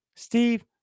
Steve